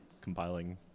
compiling